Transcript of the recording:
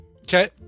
Okay